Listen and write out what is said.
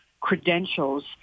credentials